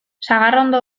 sagarrondo